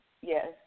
yes